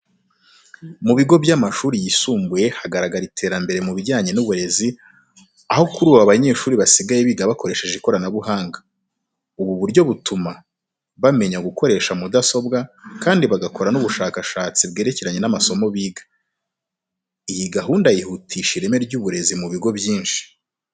Mu bigo by'amashuri yisumbuye hagaragara iterambere mu bijyanye n'uburezi, aho kuri ubu abanyeshuri basigaye biga bakoresheje ikoranabuhanga. Ubu buryo butuma bamenya gukoresha mudasobwa kandi bagakora n'ubushakashatsi bwerekeranye n'amasomo biga. Iyi gahunda yihutishije ireme ry'uburezi mu bigo byinshi.